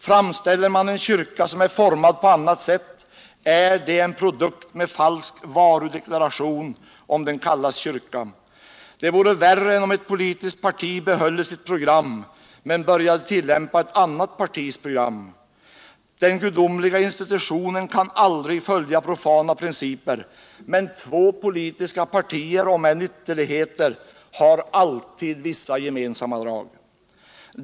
Framställer man en kyrka som är formad på annat sätt, är det en produkt med falsk varudeklaration, om den kallas kyrka. Det vore värre än om ctt politiskt parti behöll sitt program men började tillämpa ett annat partis program. Den gudomliga institutionen kan aldrig följa profana principer, men två politiska partier — om än ytterligheter — har alltid vissa gemensamma drag.